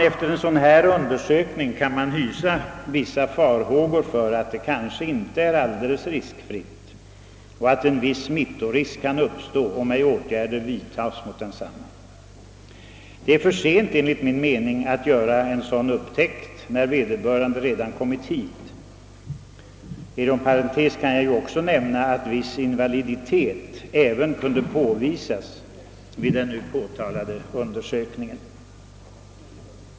Efter en sådan undersökning kan man hysa vissa farhågor för att viss smittorisk kan uppstå om ej åtgärder vidtages. Det är enligt min mening för sent att göra en sådan upptäckt när vederbörande redan kommit hit. Inom parentes kan jag också nämna att viss invaliditet även kunde påvisas vid den nu påtalade undersökningen.